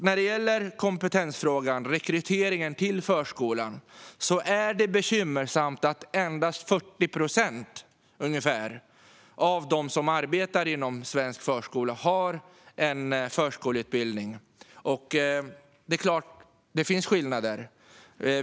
När det gäller kompetensfrågan och rekryteringen till förskolan är det bekymmersamt att endast ungefär 40 procent av dem som arbetar inom svensk förskola har förskollärarutbildning. Det är klart att det finns skillnader.